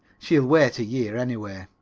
she'll wait a year, anyway.